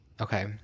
Okay